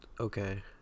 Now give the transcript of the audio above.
Okay